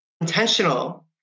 intentional